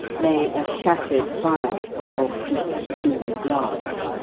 lay a shattered phial of deep-blue glass.